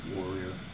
Warrior